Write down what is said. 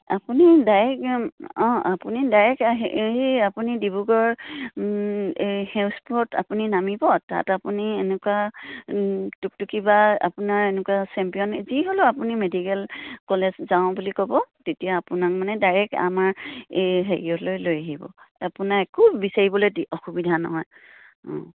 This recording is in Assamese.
আপুনি ডাইৰেক্ট অঁ আপুনি ডাইৰেক্ট আহি আপুনি ডিব্ৰুগড় এই সেউজপুৰত আপুনি নামিব তাত আপুনি এনেকুৱা টুকটুকি বা আপোনাৰ এনেকুৱা চেম্পিয়ন যি হ'লেও আপুনি মেডিকেল কলেজ যাওঁ বুলি ক'ব তেতিয়া আপোনাক মানে ডাইৰেক্ট আমাৰ এই হেৰিয়লৈ লৈ আহিব আপোনাৰ একো দি বিচাৰিবলৈ অসুবিধা নহয়